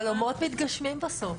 חלומות מתגשמים בסוף.